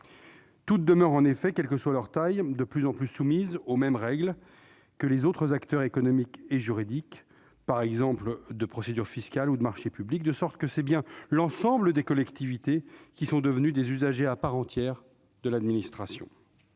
Toutes demeurent en effet, quelle que soit leur taille, de plus en plus soumises aux mêmes règles que les autres acteurs économiques et juridiques, par exemple en matière de procédure fiscale ou de marchés publics, de sorte que c'est bien l'ensemble des collectivités qui sont devenues des usagers à part entière de l'administration.